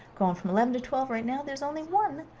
going from eleven to twelve right now there's only one.